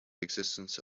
existence